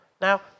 Now